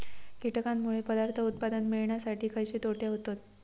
कीटकांनमुळे पदार्थ उत्पादन मिळासाठी खयचे तोटे होतत?